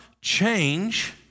change